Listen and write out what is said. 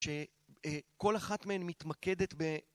שכל אחת מהן מתמקדת ב